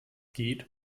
geht